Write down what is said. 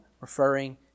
referring